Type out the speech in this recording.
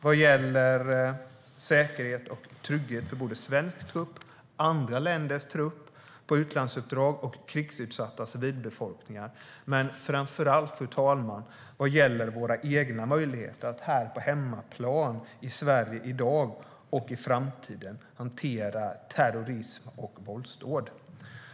Det gäller säkerhet och trygghet för såväl svensk trupp och andra länders trupp på utlandsuppdrag som krigsutsatta civilbefolkningar. Men framför allt, fru talman, gäller det våra egna möjligheter att här på hemmaplan i Sverige i dag och i framtiden hantera terrorism och våldsdåd.